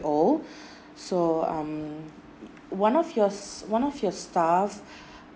old so um one of your one of your staff